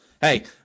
hey